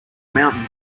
mountain